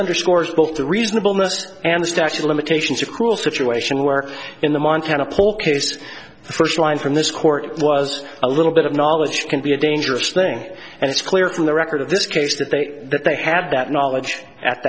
underscores both the reasonable nest and statute limitations of cruel situation where in the montana paul case the first line from this court was a little bit of knowledge can be a dangerous thing and it's clear from the record of this case that they that they had that knowledge at